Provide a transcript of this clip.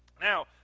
Now